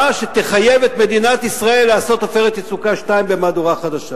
שתחייב את מדינת ישראל לעשות "עופרת יצוקה 2" במהדורה חדשה.